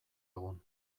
egun